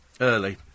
Early